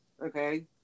okay